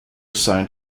signed